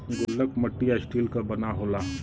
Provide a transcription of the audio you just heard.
गुल्लक मट्टी या स्टील क बना होला